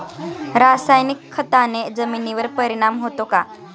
रासायनिक खताने जमिनीवर परिणाम होतो का?